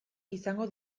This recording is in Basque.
izango